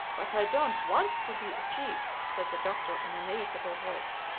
but i don't want to be a chief, said the doctor in an irritable voice.